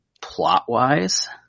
plot-wise